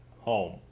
home